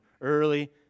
early